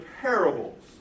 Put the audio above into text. parables